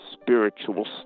spiritual